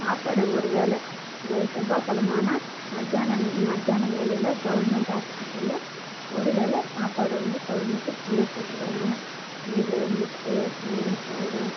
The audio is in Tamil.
சாப்பாடு ஒரு வேளை செவ்வ செவ்வாக்கெகிழமை ஆனால் மதியானம் நே மதியானம் வேலையில் கவுர்மெண்ட் ஹாஸ்பிட்டலில் ஒரு வேளை சாப்பாடு அவங்க கவுர்மெண்ட்டில ஃப்ரீயாக போட்டுர்றாங்க கீரை முட்டை சோறு சாதம்